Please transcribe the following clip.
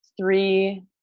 three